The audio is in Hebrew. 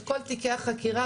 את כל תיקי החקירה,